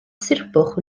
surbwch